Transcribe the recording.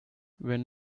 when